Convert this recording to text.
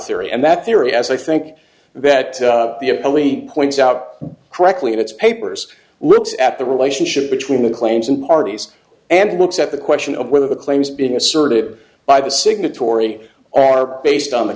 theory and that theory as i think that the only points out correctly in its papers looks at the relationship between the claims and parties and looks at the question of whether the claims being asserted by the signatory are based on the